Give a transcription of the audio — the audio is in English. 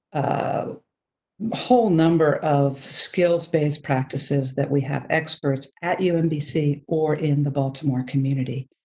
a whole number of skills-based practices that we have experts at you know umbc or in the baltimore community.